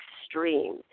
extreme